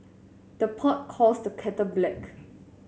the pot calls the kettle black